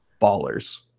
ballers